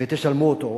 תשלמו אותו.